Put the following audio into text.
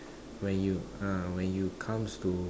when you ah when you comes to